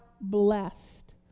blessed